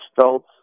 felt